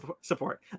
support